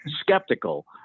skeptical